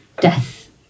death